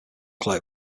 clerk